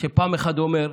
שפעם אחת אומר,